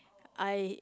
I